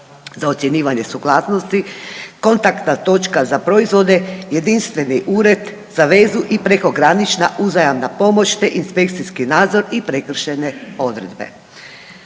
za ocjenjivanje suglasnost, kontaktna točka za proizvode, jedinstveni ured za vezu i prekogranična uzajamna pomoć te inspekcijski nadzor i prekršajne odredbe.